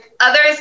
Others